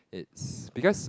it's because